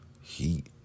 Heat